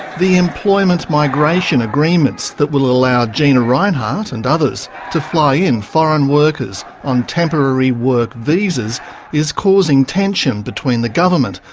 the employment migration agreements that will allow gina rinehart and others to fly in foreign workers on temporary work visas is causing tension between the government,